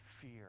fear